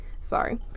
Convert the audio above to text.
Sorry